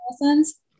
lessons